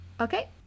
Okay